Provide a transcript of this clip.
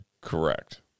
Correct